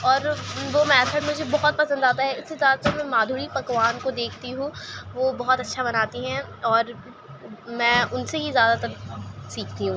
اور وہ میتھڈ مجھے بہت پسند آتا ہے اس حساب سے میں مادھوری پکوان کو دیکھتی ہو وہ بہت اچّھا بناتی ہیں اور میں ان سے ہی زیادہ تر سیکھتی ہوں